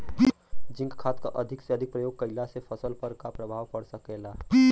Zinc खाद क अधिक से अधिक प्रयोग कइला से फसल पर का प्रभाव पड़ सकेला?